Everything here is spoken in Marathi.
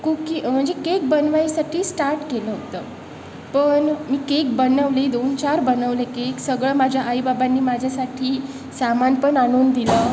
कुकी म्हणजे केक बनवण्यासाठी स्टार्ट केलं होतं पण मी केक बनवले दोन चार बनवले केक सगळं माझ्या आईबाबांनी माझ्यासाठी सामान पण आणून दिलं